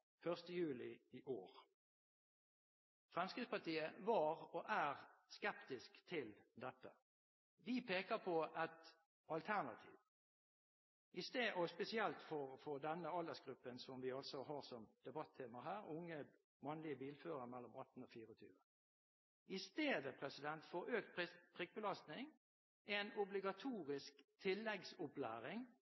juli i år. Fremskrittspartiet var og er skeptisk til dette. Vi peker på et alternativ spesielt for denne aldersgruppen som vi altså har som debattema her, unge mannlige bilførere mellom 18 og 24 år – i stedet for økt prikkbelastning ha en obligatorisk tilleggsopplæring